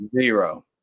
Zero